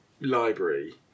library